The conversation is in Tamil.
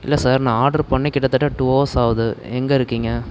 இல்லை சார் நான் ஆட்ரு பண்ணி கிட்டத்திட்ட டூ ஹவர்ஸ் ஆகுது எங்கிருக்கீங்க